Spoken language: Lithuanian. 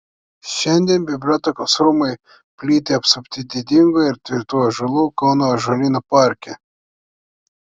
šiandien bibliotekos rūmai plyti apsupti didingų ir tvirtų ąžuolų kauno ąžuolyno parke